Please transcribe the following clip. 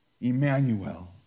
Emmanuel